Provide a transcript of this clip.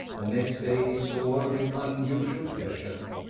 the next day he saw her with unusual pleasure,